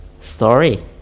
story